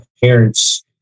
parents